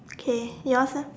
okay yours eh